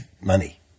money